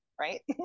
Right